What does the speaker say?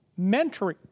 mentoring